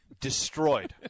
Destroyed